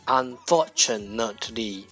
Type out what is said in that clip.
，unfortunately，